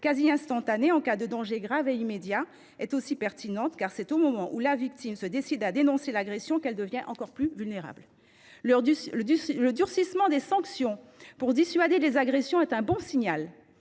quasi instantanée, en cas de danger grave et immédiat, est également pertinente. En effet, c’est au moment où la victime se décide à dénoncer l’agression qu’elle devient plus vulnérable encore. Le durcissement des sanctions, pour dissuader les agressions, est un bon signal.